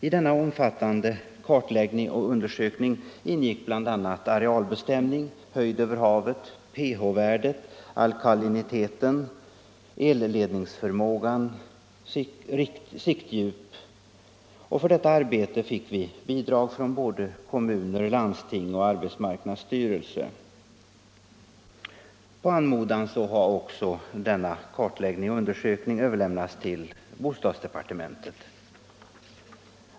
I denna omfattande kartläggning och undersökning ingick bl.a. arealbestämning, höjd över havet, pH-värde, alkalinitet, elledningsförmåga, siktdjup. För detta arbete fick vi bidrag från både kommun, landsting och arbetsmarknadsstyrelsen. På anmodan har denna kartläggning och undersökning överlämnats till bostadsdepartementet.